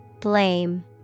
Blame